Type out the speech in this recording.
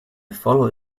follow